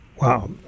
Wow